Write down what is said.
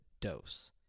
dose